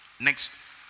Next